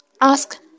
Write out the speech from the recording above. Ask